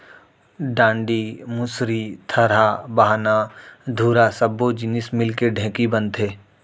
डांड़ी, मुसरी, थरा, बाहना, धुरा सब्बो जिनिस मिलके ढेंकी बनथे